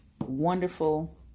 wonderful